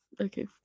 Okay